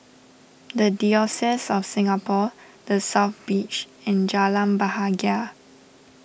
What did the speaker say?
the Diocese of Singapore the South Beach and Jalan Bahagia